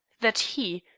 that he,